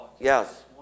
Yes